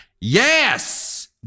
yes